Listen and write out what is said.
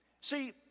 See